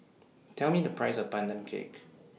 Tell Me The Price of Pandan Cake